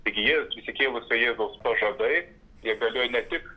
taigi vėl prisikėlusio jėzaus pažadai jie galioja ne tik